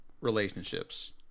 relationships